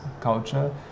culture